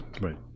Right